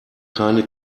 keine